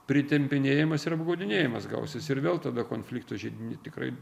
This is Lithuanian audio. pritempinėjimas ir apgaudinėjimas gausis ir vėl tada konfliktų židiniai tikrai